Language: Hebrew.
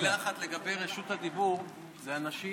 מילה אחת לגבי רשות הדיבור, זה אנשים,